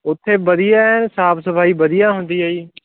ਉੱਥੇ ਵਧੀਆ ਸਾਫ ਸਫਾਈ ਵਧੀਆ ਹੁੰਦੀ ਆ ਜੀ